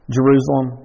Jerusalem